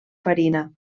farina